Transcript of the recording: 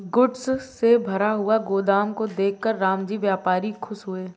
goods से भरा हुआ गोदाम को देखकर रामजी व्यापारी खुश हुए